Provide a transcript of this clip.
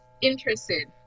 interested